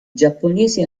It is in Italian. giapponesi